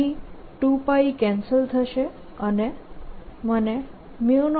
અહીં 2π કેન્સલ થશે છે અને મને 0 I24πa4